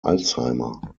alzheimer